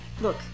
Look